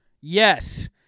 Yes